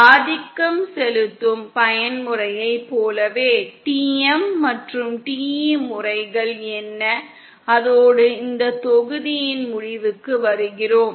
ஆதிக்கம் செலுத்தும் பயன்முறையைப் போலவே TM மற்றும் TE முறைகள் என்ன அதோடு இந்த தொகுதியின் முடிவுக்கு வருகிறோம்